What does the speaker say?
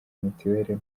mituweli